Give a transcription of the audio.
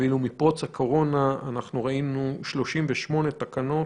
ואילו בפרוץ הקורונה אנחנו ראינו 38 תקנות,